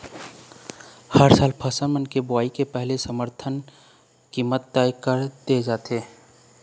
हर साल फसल मन के बोवई के पहिली समरथन कीमत तय कर दे जाथे